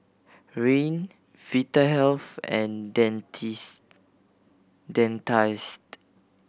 Rene Vitahealth and Dentiste